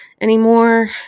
anymore